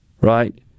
Right